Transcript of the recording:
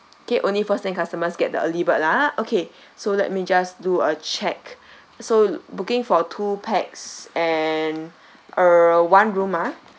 okay only first paying customers get the early bird lah ah okay so let me just do a check so booking for two pax and uh one room ah